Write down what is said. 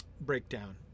breakdown